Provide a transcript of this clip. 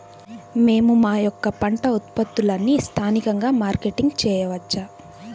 మేము మా యొక్క పంట ఉత్పత్తులని స్థానికంగా మార్కెటింగ్ చేయవచ్చా?